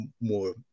more